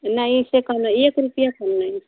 नहीं इससे कम ना एक रुपये कम नहीं